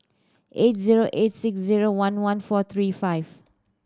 eight zero eight six zero one one four three five